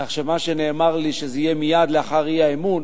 כך שמה שנאמר לי, שזה יהיה מייד לאחר האי-אמון,